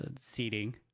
seating